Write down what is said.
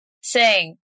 Sing